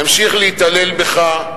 ימשיך להתעלל בך.